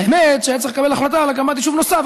האמת שהיה צריך לקבל החלטה על הקמת יישוב נוסף.